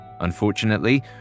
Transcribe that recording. Unfortunately